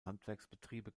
handwerksbetriebe